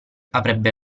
avrebbe